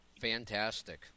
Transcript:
Fantastic